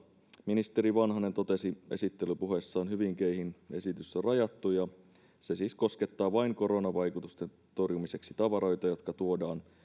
ministeri vanhanen totesi esittelypuheessaan hyvin keihin esitys on rajattu se siis koskettaa vain koronavaikutusten torjumiseksi tavaroita jotka tuodaan